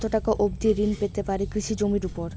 কত টাকা অবধি ঋণ পেতে পারি কৃষি জমির উপর?